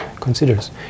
considers